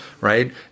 right